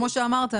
כמו שאמרת,